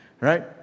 Right